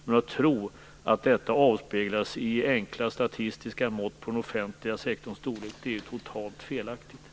Men att tro att detta avspeglas i enkla statistiska mått på den offentliga sektorns storlek är totalt felaktigt.